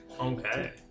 Okay